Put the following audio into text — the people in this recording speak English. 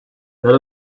that